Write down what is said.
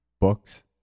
books